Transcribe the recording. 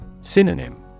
Synonym